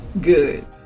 good